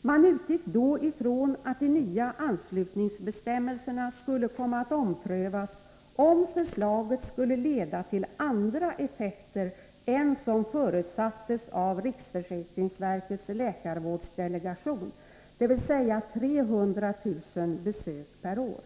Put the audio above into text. Man utgick då ifrån att de nya anslutningsbestämmelserna skulle komma att omprövas, om förslaget skulle leda till andra effekter än som förutsattes av riksförsäkringsverkets läkarvårdsdelegation, dvs. 300 000 besök per år.